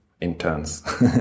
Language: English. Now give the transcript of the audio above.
interns